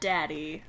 Daddy